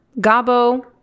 Gabo